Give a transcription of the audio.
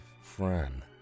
Fran